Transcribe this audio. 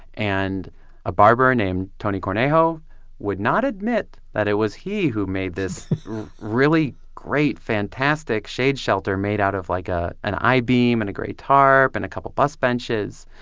and a barber named tony cornado would not admit that it was he who made this really great, fantastic shade shelter made out of like ah an i-beam and a great tarp and a couple of bus benches.